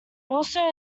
also